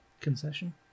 concession